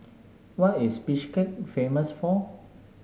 what is Bishkek famous for